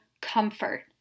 comfort